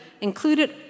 included